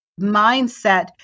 mindset